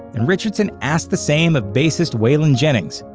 and richardson asked the same of bassist waylon jennings,